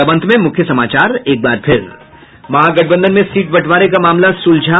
और अब अंत में मुख्य समाचार महागठबंधन में सीट बंटवारे का मामला सुलझा